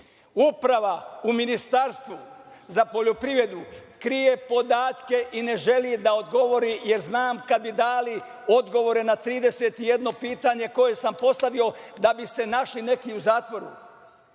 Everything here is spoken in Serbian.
uprava u Ministarstvu za poljoprivredu krije podatke i ne želi da odgovori, jer znam kad bi dali odgovore na 31 pitanje koje sam postavio da bi se našli neki u zatvoru.